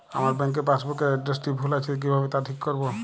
আমার bank passbook এর এড্রেসটি ভুল আছে কিভাবে তা ঠিক করবো?